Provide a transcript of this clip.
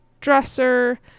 dresser